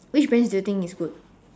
which brands do you think is good